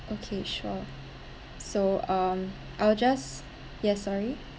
okay sure so um I'll just yes sorry